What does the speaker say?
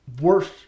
worse